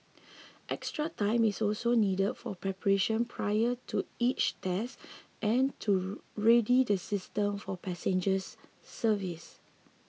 extra time is also needed for preparation prior to each test and to ready the systems for passengers service